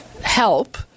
help